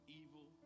evil